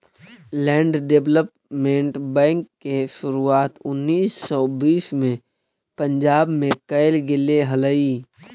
land development bank के शुरुआत उन्नीस सौ बीस में पंजाब में कैल गेले हलइ